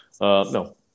no